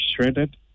shredded